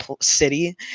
city